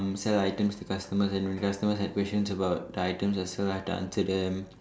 um sell items to customers and when customers have questions about the item as well I have to answer them